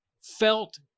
felt